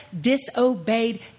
disobeyed